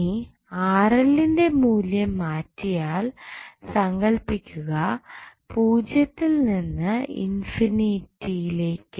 ഇനി ന്റെ മൂല്യം മാറ്റിയാൽ സങ്കൽപ്പിക്കുക പൂജ്യത്തിൽ നിന്ന് ഇൻഫിനിറ്റിയിലേക്ക്